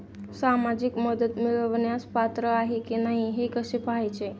सामाजिक मदत मिळवण्यास पात्र आहे की नाही हे कसे पाहायचे?